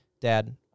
dad